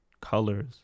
colors